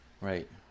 right